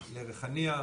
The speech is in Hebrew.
לריחאניה.